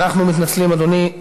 אנחנו מתנצלים, אדוני.